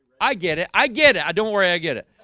i get it. i get it. i don't worry. i get it.